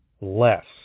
less